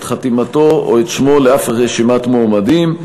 חתימתו או את שמו לאף רשימת מועמדים.